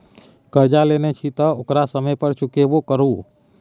करजा लेने छी तँ ओकरा समय पर चुकेबो करु